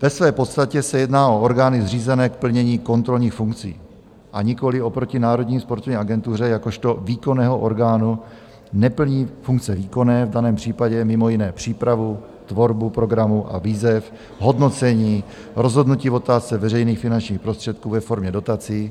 Ve své podstatě se jedná o orgány zřízené k plnění kontrolních funkcí, a nikoliv oproti Národní sportovní agentuře jakožto výkonnému orgánu neplní funkce výkonné, v daném případě mimo jiné přípravu tvorbu programu a výzev, hodnocení, rozhodnutí v otázce veřejných finančních prostředků ve formě dotací.